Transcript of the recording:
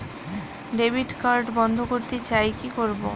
Debit card বন্ধ করতে চাই কি করব?